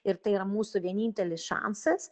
ir tai yra mūsų vienintelis šansas